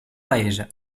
paese